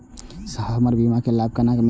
हमर बीमा के लाभ केना मिलते?